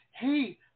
hey –